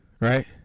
right